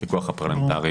הפיקוח הפרלמנטרי